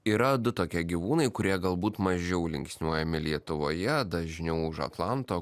yra du tokie gyvūnai kurie galbūt mažiau linksniuojami lietuvoje dažniau už atlanto